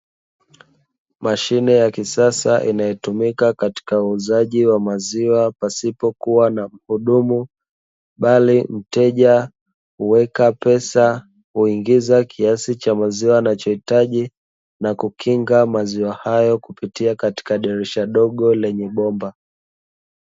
Mashine ya kisasa inayotumika katika uuzaji wa maziwa pasipo kuwa na mhudumu, Bali mteja huweka pesa huingiza kiasi cha maziwa anachohitaji na kukinga maziwa hayo kupitia katika dirisha dogo lenye bomba.